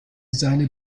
seine